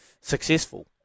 successful